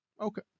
Okay